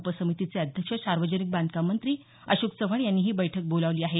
उपसमितीचे अध्यक्ष सार्वजनिक बांधकाम मंत्री अशोक चव्हाण यांनी ही बैठक बोलावली आहे